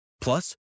Plus